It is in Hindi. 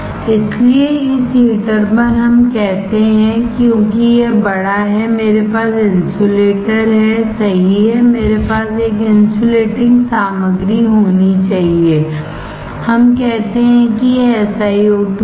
इसलिए इस हीटर पर हम कहते हैं क्योंकि यह बड़ा है मेरे पास इंसुलेटर हैसही है मेरे पास एक इंसुलेटिंग सामग्री होनी चाहिए हम कहते हैं कि यह SiO2 है